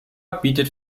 bietet